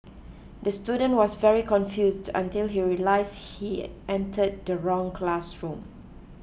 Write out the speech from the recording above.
the student was very confused until he realised he entered the wrong classroom